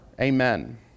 Amen